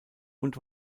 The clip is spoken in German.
und